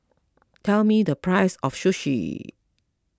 tell me the price of Sushi